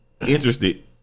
interested